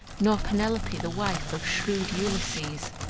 nor penelope, the wife of shrewd ulysses.